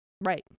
Right